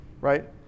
right